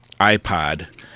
iPod